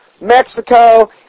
Mexico